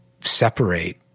Separate